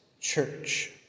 church